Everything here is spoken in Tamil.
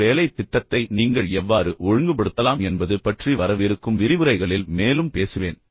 இந்த வேலைத் திட்டத்தை நீங்கள் உண்மையில் எவ்வாறு ஒழுங்குபடுத்தலாம் என்பது பற்றி வரவிருக்கும் விரிவுரைகளில் இதைப் பற்றி மேலும் பேசுவேன்